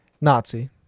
nazi